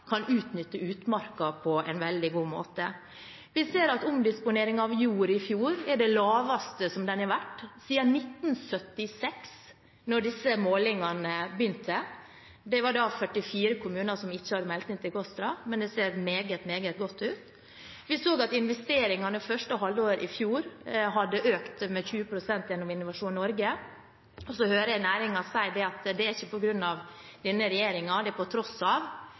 kan utnytte utmarka på en veldig god måte. Vi ser at omdisponeringen av jord i fjor var på det laveste nivået den har vært siden 1976, da disse målingene begynte. Da var det 44 kommuner som ikke hadde meldt inn til KOSTRA, men det ser meget, meget godt ut. Vi så at investeringene i første halvår i fjor hadde økt med 20 pst. gjennom Innovasjon Norge. Så hører jeg næringen si at det ikke er på grunn av denne regjeringen – det er på tross av